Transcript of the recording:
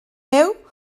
meu